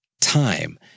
time